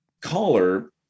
caller